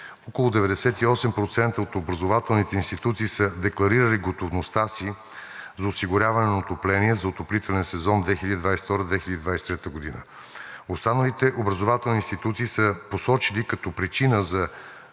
около 98% от образователните институции са декларирали готовността си за осигуряване на отопление за отоплителен сезон 2022 – 2023 г. Останалите образователни институции са посочили като причина за